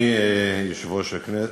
אדוני היושב-ראש,